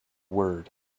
word